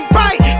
right